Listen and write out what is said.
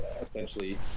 Essentially